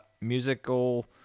musical